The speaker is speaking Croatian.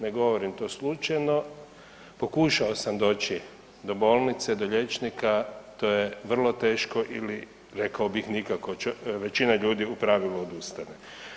Ne govorim to slučajno, pokušao sam doći do bolnice, do liječnika, to je vrlo teško ili rekao bih nikako, većina ljudi u pravilu odustane.